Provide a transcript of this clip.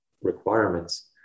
requirements